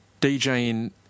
DJing